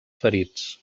ferits